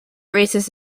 raises